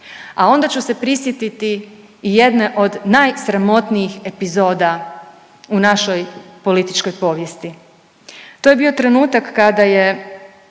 A onda ću se prisjetiti i jedne od najsramotnijih epizoda u našoj političkoj povijesti. To je bio trenutak kada je